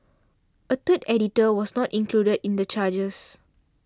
a third editor was not included in the charges